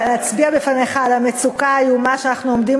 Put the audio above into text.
להצביע בפניך על המצוקה האיומה שאנחנו עומדים